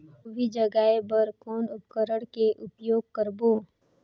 गोभी जगाय बर कौन उपकरण के उपयोग करबो?